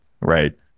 Right